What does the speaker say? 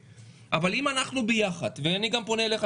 אבל אם אנחנו ביחד - ואני גם פונה אליך,